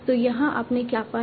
तो यहाँ आपने क्या पाया